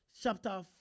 chapter